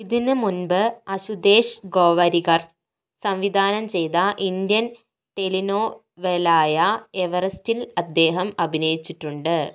ഇതിന് മുമ്പ് അസുദേഷ് ഗോവരികർ സംവിധാനം ചെയ്ത ഇന്ത്യൻ ടെലിനോ വെലായ എവറസ്റ്റിൽ അദ്ദേഹം അഭിനയിച്ചിട്ടുണ്ട്